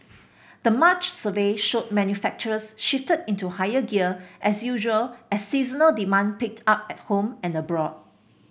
the March survey showed manufacturers shifted into higher gear as usual as seasonal demand picked up at home and abroad